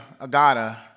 Agata